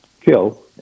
kill